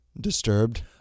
disturbed